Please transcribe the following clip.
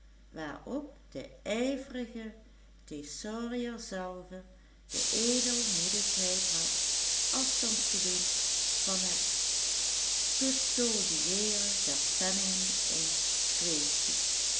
waarop de ijverige thesaurierzelve de edelmoedigheid had afstand te doen van het custodiëeren der penningen in quaesti